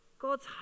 God's